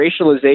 racialization